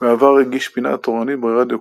ולאחר מכן עשרות שנים במילואים.